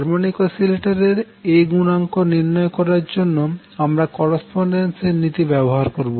harmonic oscillator এর A গুনাঙ্ক নির্ণয় করারা জন্য আমরা করস্পন্ডেন্স এর নীতি ব্যবহার করবো